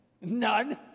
None